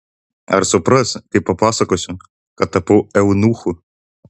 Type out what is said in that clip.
ar supras kai papasakosiu kad tapau eunuchu